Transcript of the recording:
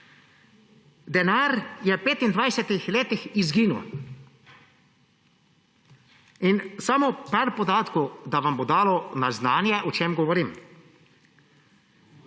denar je v 25-ih letih izginil in samo par podatkov, da vam bo dano na znanje, o čem govorim.